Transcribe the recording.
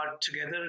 together